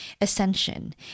ascension